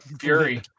fury